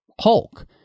Hulk